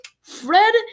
Fred